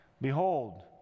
Behold